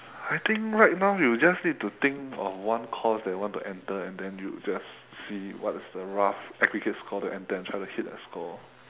I think right now you just need to think of one course that you want to enter and then you just see what's the rough aggregate score to enter and try to hit that score